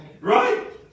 Right